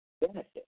benefit